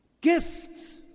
gifts